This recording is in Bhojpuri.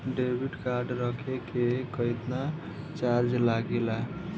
डेबिट कार्ड रखे के केतना चार्ज लगेला?